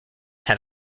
had